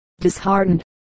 disheartened